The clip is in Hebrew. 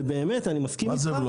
ואני מסכים איתך --- מה זה הם לא?